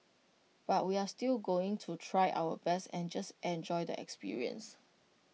but we're still going to try our best and just enjoy the experience